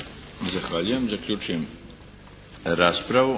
Zahvaljujem. Zaključujem raspravu.